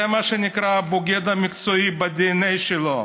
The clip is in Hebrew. זה מה שנקרא בוגד מקצועי, בדנ"א שלו.